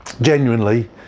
genuinely